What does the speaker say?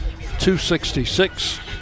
.266